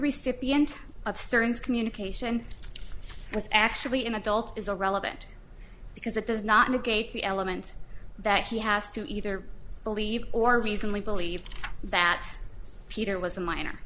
recipient of stern's communication was actually in adult is irrelevant because it does not negate the elements that he has to either believe or reasonably believed that peter was a minor